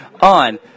on